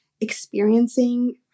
experiencing